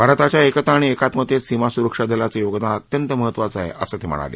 भारताच्या एकता आणि एकात्मतेत सीमा सुरक्षा दलाचं योगदान अत्यंत महत्त्वाचं आहे असं ते म्हणाले